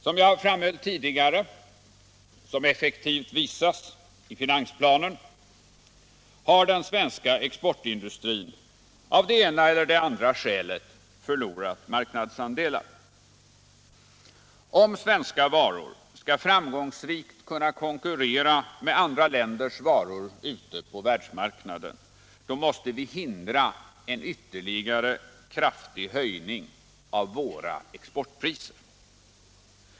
Som jag framhöll tidigare och som effektivt visas i finansplanen har den svenska exportindustrin av det ena eller andra skälet förlorat marknadsandelar. Om svenska varor skall framgångsrikt kunna konkurrera med andra länders varor ute på världsmarknaden, måste vi hindra en ytterligare kraftig höjning av våra exportpriser.